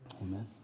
Amen